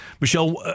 Michelle